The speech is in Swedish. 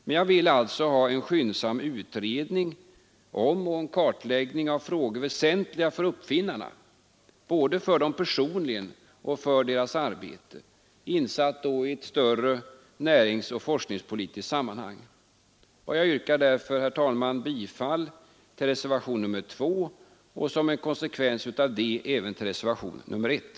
Men jag vill alltså ha en skyndsam utredning om en kartläggning av frågor som är väsentliga för uppfinnarna — både för dem personligen och för deras arbete — insatt i ett större näringsoch forskningspolitiskt sammanhang. Jag yrkar därför, herr talman, bifall till reservationen 2 och — som en konsekvens därav — även till reservationen 1.